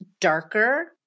darker